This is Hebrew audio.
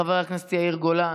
חבר הכנסת יאיר גולן,